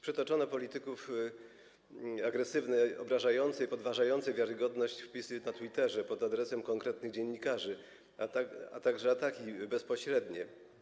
Przytoczono agresywne, obrażające i podważające wiarygodność wpisy na Twitterze pod adresem konkretnych dziennikarzy, a także ataki bezpośrednie”